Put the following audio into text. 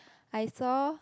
I saw